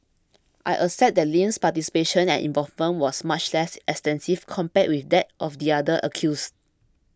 I accept that Lim's participation and involvement was much less extensive compared with that of the other accused